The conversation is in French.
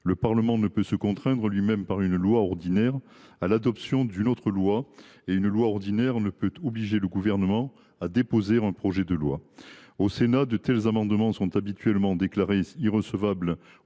le Parlement ne peut se contraindre lui même, par une loi ordinaire, à l’adoption d’une autre loi. De même, une loi ordinaire ne peut obliger le Gouvernement à déposer un projet de loi. Au Sénat, de tels amendements sont habituellement déclarés irrecevables